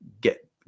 get